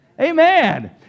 Amen